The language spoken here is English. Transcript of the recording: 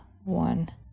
One